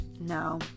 No